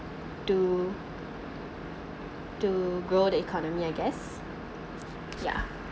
to to grow the economy I guess yeah